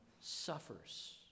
suffers